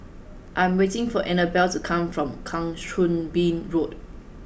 I am waiting for Annabella to come back from Kang Choo Bin Road